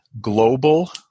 Global